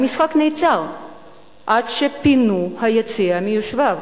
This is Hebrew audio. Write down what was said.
המשחק נעצר עד שפינו את היציע מיושביו.